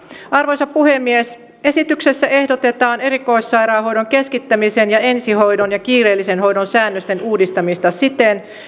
arvoisa puhemies esityksessä ehdotetaan erikoissairaanhoidon keskittämisen ja ensihoidon ja kiireellisen hoidon säännösten uudistamista siten